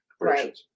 right